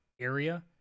area